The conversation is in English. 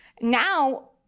Now